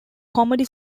comedy